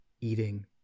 eating